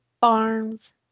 Farms